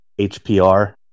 HPR